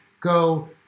go